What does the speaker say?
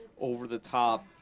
over-the-top